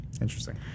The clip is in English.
Interesting